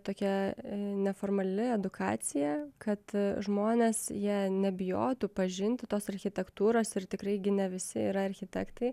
tokia neformali edukacija kad žmonės jie nebijotų pažinti tos architektūros ir tikrai gi ne visi yra architektai